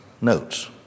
notes